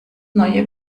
neue